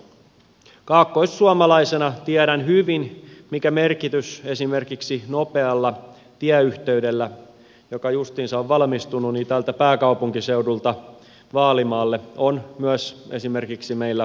kaakkoissuomalaisena tiedän hyvin mikä merkitys esimerkiksi nopealla tieyhteydellä joka justiinsa on valmistunut täältä pääkaupunkiseudulta vaalimaalle on myös esimerkiksi meille kotkan seudulla